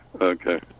Okay